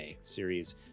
series